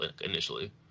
initially